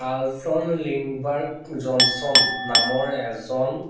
Carlton Lindbergh Johnson নামৰ এজন